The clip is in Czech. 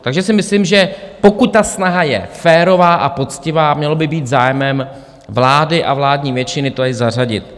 Takže si myslím, že pokud ta snaha je férová a poctivá, mělo by být zájmem vlády a vládní většiny to tady zařadit.